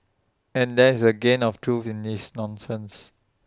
and there is A grain of truth in this nonsense